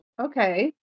okay